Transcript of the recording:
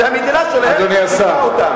זו המדינה שלהם, שיקמה אותם.